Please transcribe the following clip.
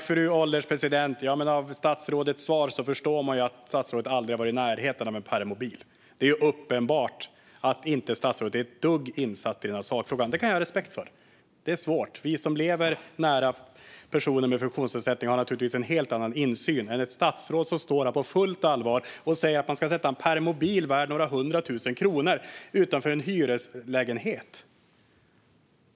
Fru ålderspresident! Av statsrådets svar förstår man att statsrådet aldrig har varit i närheten av en permobil. Det är ju uppenbart att statsrådet inte är ett dugg insatt i denna sakfråga. Det kan jag ha respekt för - det är svårt. Vi som lever nära personer med funktionsnedsättning har naturligtvis en helt annan insyn än ett statsråd som står här och på fullt allvar säger att man ska sätta en permobil värd några hundra tusen kronor utanför en hyreslägenhet.